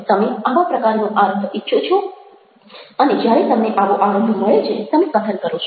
તમે આવા પ્રકારનો આરંભ ઈચ્છો છો અને જ્યારે તમને આવો આરંભ મળે છે તમે કથન કરો છો